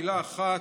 במילה אחת.